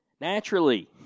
Naturally